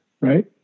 right